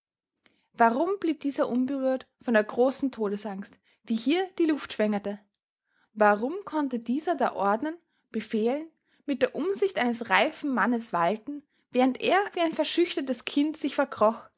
warum blieb dieser unberührt von der großen todesangst die hier die luft schwängerte warum konnte dieser da ordnen befehlen mit der umsicht eines reifen mannes walten während er wie ein verschüchtertes kind sich verkroch